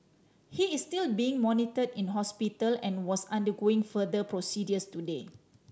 he is still being monitored in hospital and was undergoing further procedures today